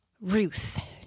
Ruth